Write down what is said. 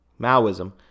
Maoism